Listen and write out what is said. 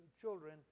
children